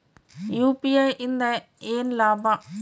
UPI ಇಂದ ಏನ್ ಲಾಭ?